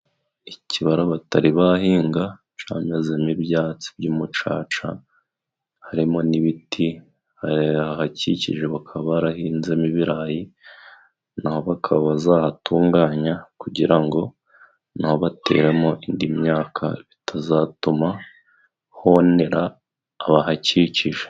Ikibara batari bahinga camezemo ibyatsi by'umucaca. Harimo n'ibiti ahakikije bakaba barahinzemo ibirayi, naho bakaba bazahatunganya kugira ngo naho bateramo indi myaka, bitazatuma honera abahakikije.